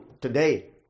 today